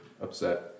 upset